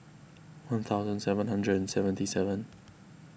one thousand seven hundred and seventy seven